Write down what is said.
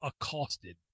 accosted